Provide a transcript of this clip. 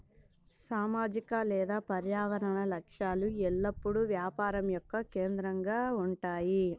సామాజిక లేదా పర్యావరణ లక్ష్యాలు ఎల్లప్పుడూ వ్యాపారం యొక్క కేంద్రంగా ఉంటాయి